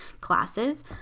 classes